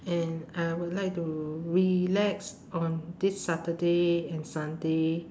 and I would like to relax on this saturday and sunday